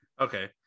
okay